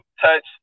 touch